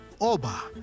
Oba